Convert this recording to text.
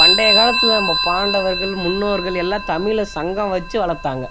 பண்டைய காலத்தில் நம்ம பாண்டவர்கள் முன்னோர்கள் எல்லாம் தமிழை சங்கம் வச்சு வளர்த்தாங்க